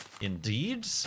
Indeed